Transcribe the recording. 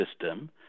system